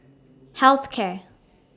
Health Care